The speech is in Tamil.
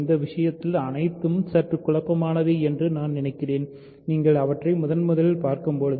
இந்த விஷயங்கள் அனைத்தும் சற்று குழப்பமானவை என்று நான் நினைக்கிறேன் நீங்கள் அவற்றை முதன்முதலில் பார்க்கும்போது